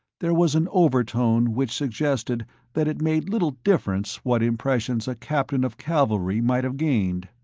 there was an overtone which suggested that it made little difference what impressions a captain of cavalry might have gained.